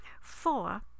Four